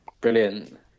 Brilliant